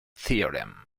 theorem